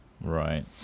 Right